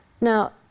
Now